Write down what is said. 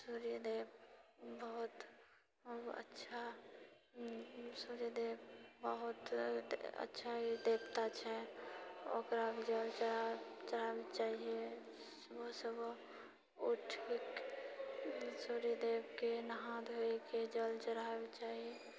सूर्यदेव बहुत अच्छा सूर्यदेव बहुत अच्छा देवता छथि ओकरा जल चढ़ा चढ़ाबै चाहिए सुबह सुबह उठिके सूर्यदेवके नहा धोइके जल चढ़ाबै चाहिए